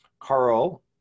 Carl